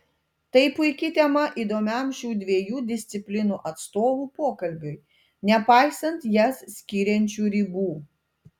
tai puiki tema įdomiam šių dviejų disciplinų atstovų pokalbiui nepaisant jas skiriančių ribų